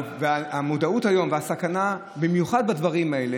יש מודעות היום לסכנה, במיוחד בדברים האלה,